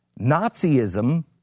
Nazism